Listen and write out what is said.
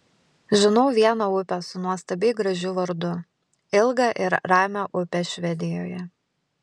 žinau vieną upę su nuostabiai gražiu vardu ilgą ir ramią upę švedijoje